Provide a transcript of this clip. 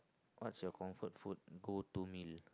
what's your comfort food go to meal